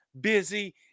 busy